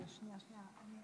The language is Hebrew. שנייה, שנייה.